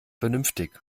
vernünftig